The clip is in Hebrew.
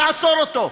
תעצור אותו.